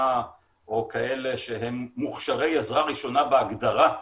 או כאלה שהם מוכשרי עזרה ראשונה בהגדרה,